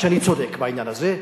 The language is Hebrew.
שאני צודק בעניין הזה,